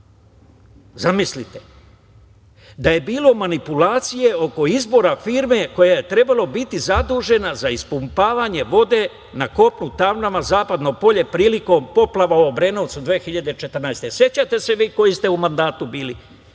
zamislite, da je bilo manipulacije oko izbora firme koja je trebalo biti zadužena za ispumpavanje vode na kopu Tamnava-Zapadno polje prilikom poplava u Obrenovcu 2014. godine. Sećate se, vi koji ste u mandatu bili,